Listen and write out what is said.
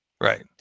right